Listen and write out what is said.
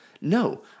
No